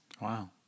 Wow